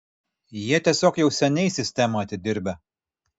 jie tiesiog jau seniai sistemą atidirbę